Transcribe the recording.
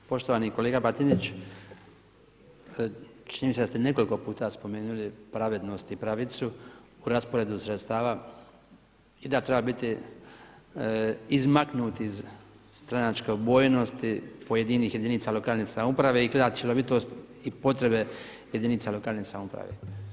Poštovani kolega Batinić, činjenica da ste nekoliko puta spomenuli pravednost i pravicu u rasporedu sredstava i da treba biti izmaknut iz stranačke odbojnosti pojedinih jedinica lokalne samouprave i gledati cjelovitost i potrebe jedinica lokalne samouprave.